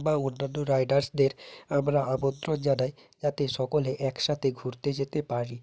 বা অন্যান্য রাইডার্সদের আমরা আমন্ত্রণ জানাই যাতে সকলে একসাথে ঘুরতে যেতে পারি